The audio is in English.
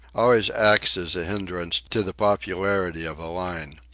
always acts as a hindrance to the popularity of a line.